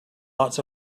lots